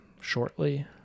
shortly